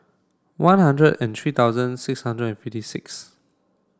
one hundred and three thousand six hundred and fifty six